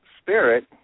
Spirit